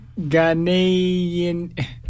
Ghanaian